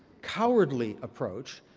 cowardly approach.